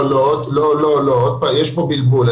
יש פה בלבול.